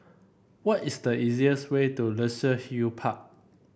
what is the easiest way to Luxus Hill Park